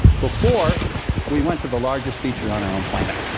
before we went to the largest feature on our own planet.